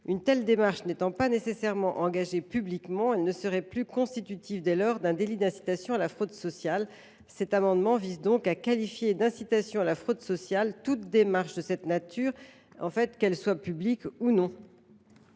Une telle démarche n’étant pas nécessairement engagée publiquement, elle ne serait plus constitutive, dès lors, d’un délit d’incitation à la fraude sociale. Par conséquent, cet amendement vise à qualifier d’incitation à la fraude sociale toute démarche de cette nature, qu’elle soit publique ou non.